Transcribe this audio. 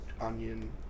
onion